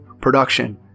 production